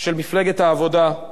של מפלגת העבודה,